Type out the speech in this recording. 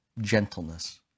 gentleness